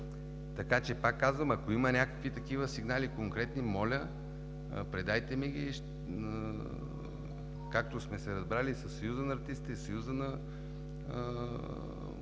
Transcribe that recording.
Така че, пак казвам, ако има някакви такива конкретни сигнали, моля, предайте ми ги, както сме се разбрали със Съюза на артистите, със Съюза на